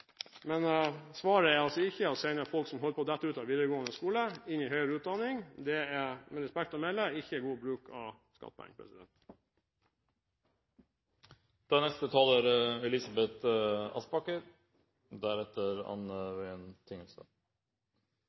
men også til å ta høyere utdanning, gjennom Y-veien. Svaret er altså ikke å sende folk som holder på å falle ut av videregående skole, inn i høyere utdanning. Det er, med respekt å melde, ikke god bruk av skattepengene. Statsrådens svar var langt på vei beroligende. Høyre er